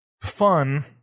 fun